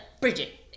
Bridget